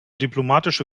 diplomatische